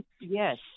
Yes